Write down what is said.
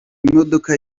imodoka